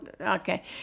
okay